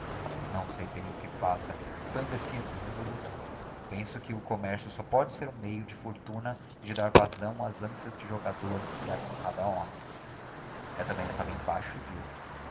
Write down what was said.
não sei bem o que faça estou indeciso irresoluto penso que si o commercio pôde ser um meio de fortuna e de dar vasão ás anciãs de jogador que ha em cada homem é também um caminho baixo e vil